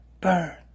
Burn